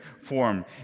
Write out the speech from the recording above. form